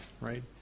right